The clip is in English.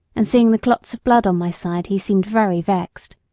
and seeing the clots of blood on my side he seemed very vexed.